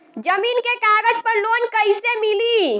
जमीन के कागज पर लोन कइसे मिली?